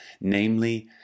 namely